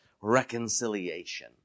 reconciliation